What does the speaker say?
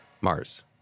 Mars